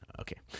Okay